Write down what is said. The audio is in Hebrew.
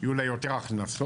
יהיו לה יותר הכנסות.